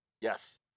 Yes